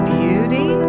beauty